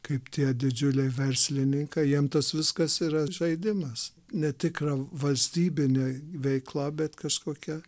kaip tie didžiuliai verslininkai jiem tas viskas yra žaidimas ne tik valstybinė veikla bet kažkokia